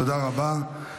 תודה רבה.